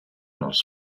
els